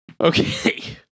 Okay